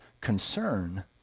concern